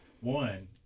One